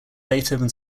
beethoven